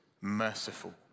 merciful